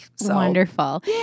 Wonderful